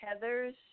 Heather's